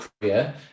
career